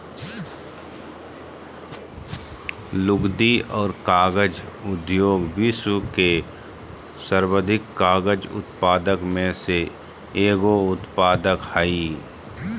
लुगदी और कागज उद्योग विश्व के सर्वाधिक कागज उत्पादक में से एगो उत्पाद हइ